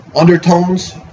undertones